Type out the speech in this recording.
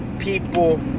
people